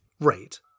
Right